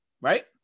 Right